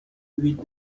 with